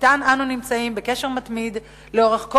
שאתן אנו נמצאים בקשר מתמיד לאורך כל